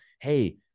Hey